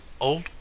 old